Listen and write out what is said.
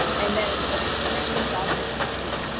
and then frankly dogged in pursuit.